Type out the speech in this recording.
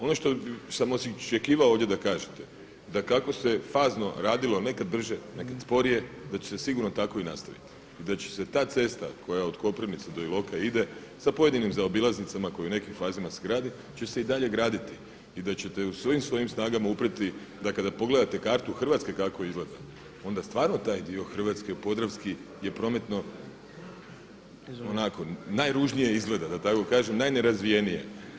Ono što sam očekivao ovdje da kažete da kako se fazno radilo nekad brže, nekad sporije da će se sigurno tako i nastaviti i da će se ta cesta koja je od Koprivnice do Iloka ide sa pojedinim zaobilaznicama koji u nekim fazama se grade će se i dalje graditi i da ćete svim svojim snagama uprijeti, da kada pogledate kartu Hrvatske kako izgleda onda stvarno taj dio Hrvatske podravski je prometno onako najružnije izgleda, da tako kažem, najnerazvijeniji je.